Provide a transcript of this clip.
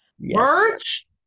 Merch